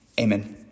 Amen